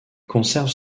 conserve